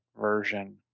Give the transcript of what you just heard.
version